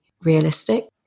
realistic